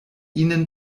ihnen